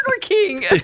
King